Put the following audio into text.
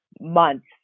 months